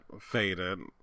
faded